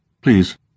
please